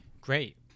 great